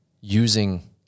using